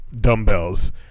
dumbbells